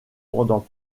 pendant